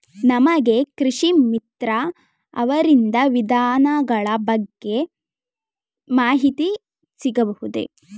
ನಮಗೆ ಕೃಷಿ ಮಿತ್ರ ಅವರಿಂದ ವಿಧಾನಗಳ ಬಗ್ಗೆ ಮಾಹಿತಿ ಸಿಗಬಹುದೇ?